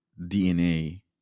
DNA